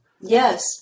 Yes